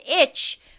itch